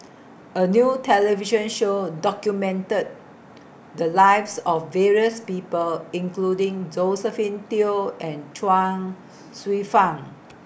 A New television Show documented The Lives of various People including Josephine Teo and Chuang Hsueh Fang